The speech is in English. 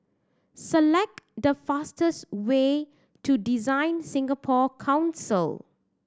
select the fastest way to DesignSingapore Council